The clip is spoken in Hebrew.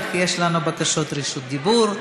אך יש לנו בקשות לרשות דיבור.